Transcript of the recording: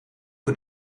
een